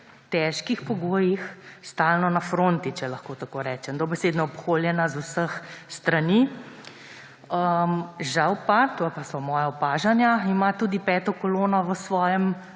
težkih pogojih na fronti, če lahko tako rečem, dobesedno obkoljena z vseh strani. Žal pa, to so moja opažanja, ima tudi peto kolono v svojem